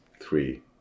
three